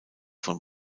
von